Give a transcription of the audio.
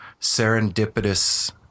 serendipitous